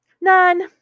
None